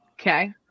okay